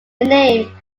name